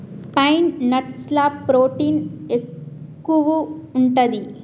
pine nuts ల protein ఎక్కువు ఉంటది